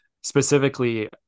specifically